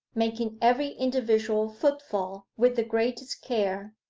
making every individual footfall with the greatest care,